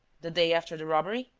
the day after the robbery?